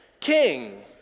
king